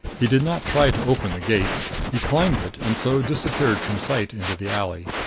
he did not try to open the gate he climbed it, and so disappeared from sight into the alley.